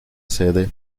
sede